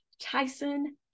Tyson